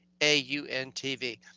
AUNTV